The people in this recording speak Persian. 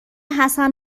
حسن